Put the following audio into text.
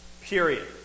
Period